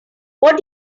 what